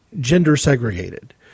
gender-segregated